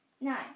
Nine